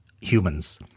humans